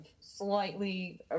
slightly